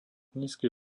nízky